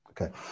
okay